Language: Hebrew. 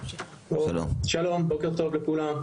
שלום, בוקר טוב לכולם.